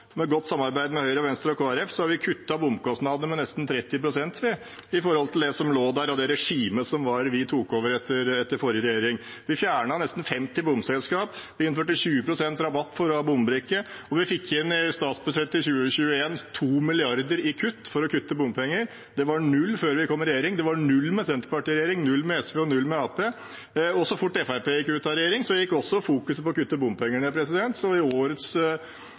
godt samarbeid med Høyre, Venstre og Kristelig Folkeparti har vi kuttet bomkostnadene med nesten 30 pst. i forhold til det som lå der, og det regimet som var da vi tok over etter forrige regjering. Vi fjernet nesten 50 bomselskap, vi innførte 20 pst. rabatt på bombrikker, og vi fikk i statsbudsjettet for 2020/2021 inn 2 mrd. kr for å kutte i bompenger. Det var null før vi kom i regjering, det var null med Senterpartiet i regjering, null med SV og null med Arbeiderpartiet. Så fort Fremskrittspartiet gikk ut av regjering, gikk også fokuset på å kutte bompenger ned, så i